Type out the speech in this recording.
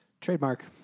Trademark